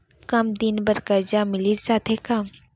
कम दिन बर करजा मिलिस जाथे का?